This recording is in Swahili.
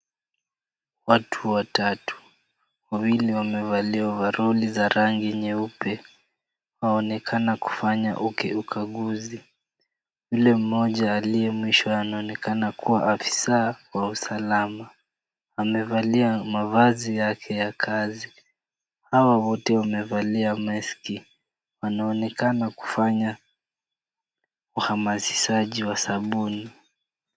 Watu watatu ,wawili wamevalia ovaroli za rangi nyeupe ,wanaonekana kufanya ukaguzi. Yule mmoja aliye mwisho anaonekana kuwa afisa wa usalama amevalia mavazi yake ya kazi .Hawa wote wamevalia maski, wanaonekana kufanya uhamazishaji wa sabuni.